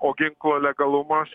o ginklo legalumas